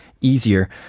easier